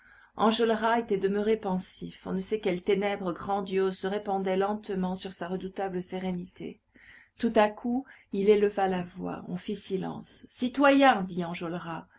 enjolras était demeuré pensif on ne sait quelles ténèbres grandioses se répandaient lentement sur sa redoutable sérénité tout à coup il éleva la voix on fit silence citoyens dit